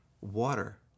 water